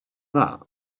that